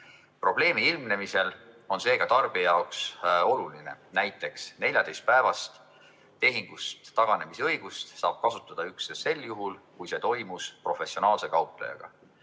Probleemi ilmnemisel on seega tarbija jaoks oluline näiteks, et 14‑päevast tehingust taganemise õigust saab kasutada üksnes sel juhul, kui see [tehing] toimus professionaalse kauplejaga.